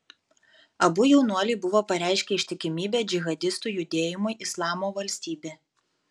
abu jaunuoliai buvo pareiškę ištikimybę džihadistų judėjimui islamo valstybė